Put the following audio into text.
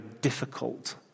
difficult